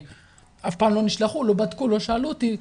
ואף פעם לא שלחו, לא בדקו, לא שאלו אותי.